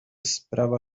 sprawa